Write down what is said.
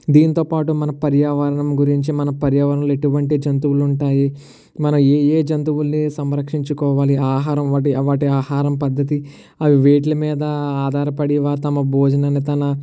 దీనితో పాటు మన పర్యావరణం గురించి మన పర్యావరణంలో ఎటువంటి జంతువులు ఉంటాయి మనం ఏ ఏ జంతువులని సంరక్షించుకోవాలి ఆహరం వాటి వాటి ఆహరం పద్ధతి అవి వేటిలి మీద ఆధారపడి వా తమ భోజనాన్ని తన